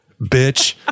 bitch